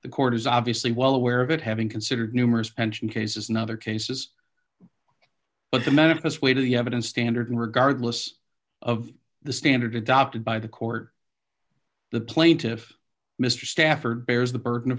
the court is obviously well aware of it having considered numerous pension cases in other cases but the manifest weight of the evidence standard and regardless of the standard adopted by the court the plaintiff mr stafford bears the burden of